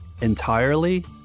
entirely